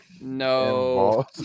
No